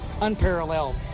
unparalleled